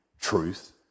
truth